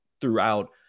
throughout